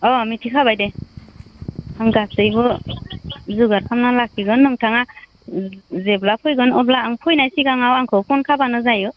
अ मिथिखाबाय दे आं गासैबो जुगार खामना लाखिगोन नोंथाङा जेब्ला फैगोन अब्ला फैनाय सिगां आंखो फन खालामब्लानो जायो